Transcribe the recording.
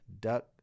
Duck